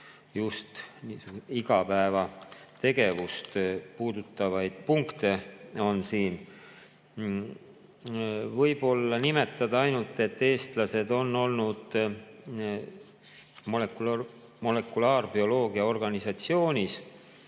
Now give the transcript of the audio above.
just igapäevategevust puudutavaid punkte. Võib-olla nimetan ainult seda, et eestlased on olnud molekulaarbioloogia organisatsioonis,